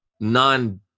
non